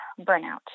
burnout